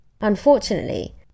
Unfortunately